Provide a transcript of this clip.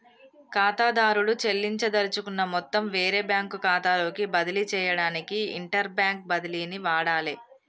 ఖాతాదారుడు చెల్లించదలుచుకున్న మొత్తం వేరే బ్యాంకు ఖాతాలోకి బదిలీ చేయడానికి ఇంటర్బ్యాంక్ బదిలీని వాడాలే